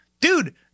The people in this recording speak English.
Dude